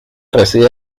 reside